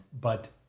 But-